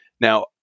Now